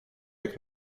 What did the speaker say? jak